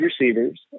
receivers